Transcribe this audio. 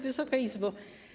Wysoka Izbo!